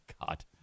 God